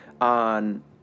on